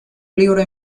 libro